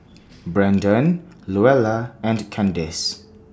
Brandan Luella and Kandace